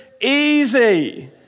easy